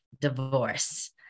divorce